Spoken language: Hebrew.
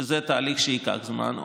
וזה תהליך שייקח זמן,